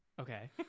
okay